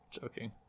joking